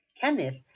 Kenneth